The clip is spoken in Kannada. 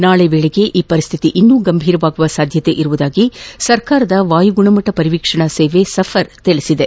ನಾಳೆಯ ವೇಳೆಗೆ ಈ ಪರಿಸ್ಥಿತಿ ಇನ್ನೂ ಗಂಭೀರವಾಗುವ ಸಾಧ್ಯತೆ ಇದೆ ಎಂದು ಸರ್ಕಾರದ ವಾಯು ಗುಣಮಟ್ಟ ಪರಿವೀಕ್ಷಣಾ ಸೇವೆ ಸಫರ್ ಹೇಳಿದೆ